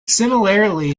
similarly